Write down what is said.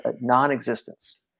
non-existence